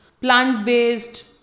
plant-based